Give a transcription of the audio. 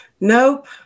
Nope